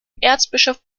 erzbischof